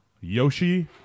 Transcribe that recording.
Yoshi